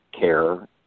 care